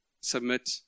submit